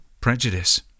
prejudice